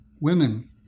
women